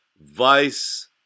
Vice